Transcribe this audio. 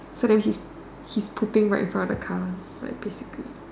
so that means his pooping right in front of the car ya basically